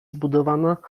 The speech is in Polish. zbudowana